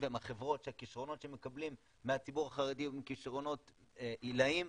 ומהחברות שהכישרונות שהם מקבלים מהציבור החרדי הם כישרונות עילאיים,